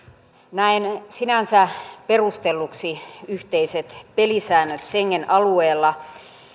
näen sinänsä perustelluksi yhteiset pelisäännöt schengen alueella